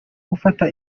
gufata